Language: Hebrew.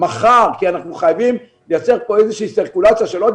אנחנו חייבים לייצר כאן איזושהי סירקולציה של עוד